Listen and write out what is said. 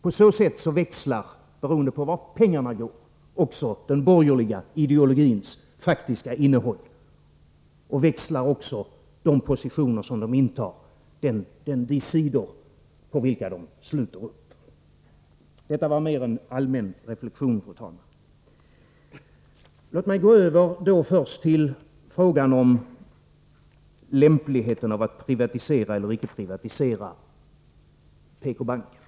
På så sätt växlar, beroende på vart pengarna går, också den borgerliga ideologins faktiska innehåll och de positioner som den intar, de sidor på vilka den sluter upp. Fru talman! Detta var mer en allmän reflexion. Låt mig sedan går över till frågan om lämpligheten av att privatisera eller icke privatisera PK-banken.